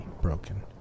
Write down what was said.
broken